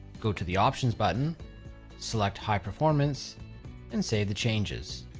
go to the options button select high performance and save the changes.